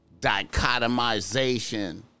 dichotomization